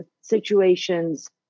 situations